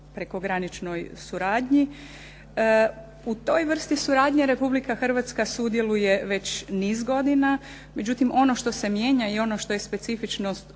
prekograničnoj suradnji. U toj vrsti suradnje Republika Hrvatska sudjeluje već niz godina. Međutim ono što se mijenja i ono što je specifičnost